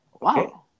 Wow